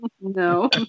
No